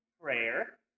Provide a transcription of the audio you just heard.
Prayer